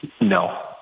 No